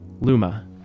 Luma